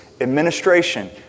administration